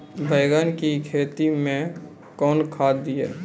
बैंगन की खेती मैं कौन खाद दिए?